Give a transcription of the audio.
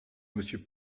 monsieur